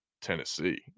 Tennessee